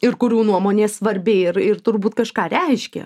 ir kurių nuomonė svarbi ir ir turbūt kažką reiškia